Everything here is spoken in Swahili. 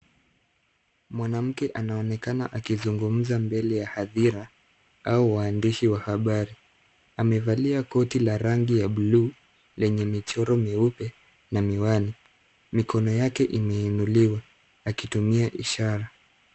Mwanamke anaonekana akizungumza mbele ya hadhira au waandishi wa habari. Amevalia koti la rangi ya buluu lenye michoro mieupe na miwani. Mikono yake imeinuliwa akitumia ishara.